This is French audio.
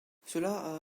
cela